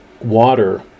water